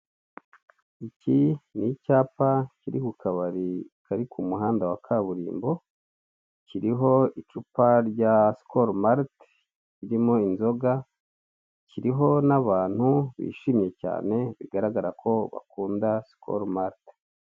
Iki ni icyapa kiri ku kabari kari ku muhanda wa kaburimbo, kiriho icupa rya Sikoromarite ririmo inzoga, kiriho n'abantu bishimye cyane bigaragara ko bakunda Sikoromarite.